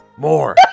More